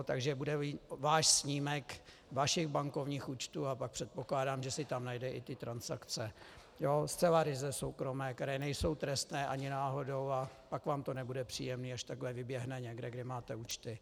Takže bude mít váš snímek vašich bankovních účtů a pak předpokládám, že si tam najde i ty transakce, zcela ryze soukromé, které nejsou trestné ani náhodou, a pak vám to nebude příjemné, až takhle vyběhne někde, kde máte účty.